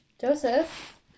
joseph